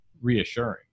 reassuring